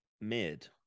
mid